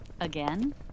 Again